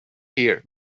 here